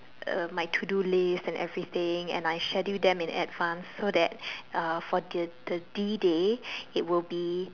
uh my to do list and everything and I scheduled them in advance so that uh for the the D day it will be